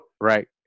right